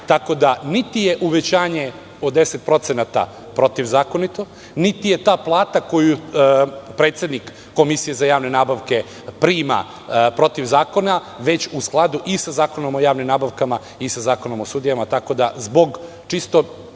tako da, niti je uvećanje od 10% protivzakonito, niti je ta plata koju predsednik Komisije za javne nabavke prima protiv zakona, već u skladu i sa Zakonom o javnim nabavkama i sa Zakonom o sudijama.